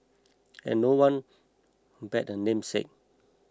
and no one compared him namesake